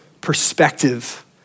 perspective